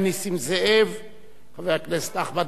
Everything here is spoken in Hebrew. חבר